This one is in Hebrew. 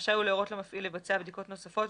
רשאי הוא להורות למפעיל לבצע בדיקות נוספות,